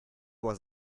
was